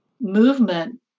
movement